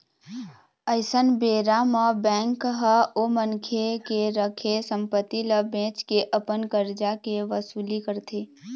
अइसन बेरा म बेंक ह ओ मनखे के रखे संपत्ति ल बेंच के अपन करजा के वसूली करथे